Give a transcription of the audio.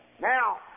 Now